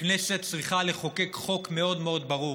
הכנסת צריכה לחוקק חוק מאוד ברור.